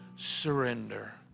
surrender